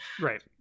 right